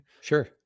Sure